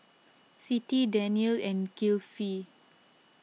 Siti Daniel and Kilfi